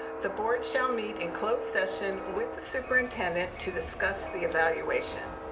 the board shall meet in closed session with the superintendent to discuss the evaluation.